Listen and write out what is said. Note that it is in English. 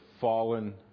fallen